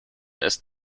ist